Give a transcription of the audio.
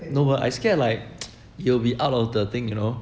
no but I scared like you'll be out of the thing you know